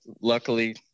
luckily